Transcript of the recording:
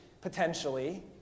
potentially